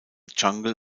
jungle